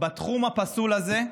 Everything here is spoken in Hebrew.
בתחום הפסול הזה,